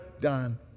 done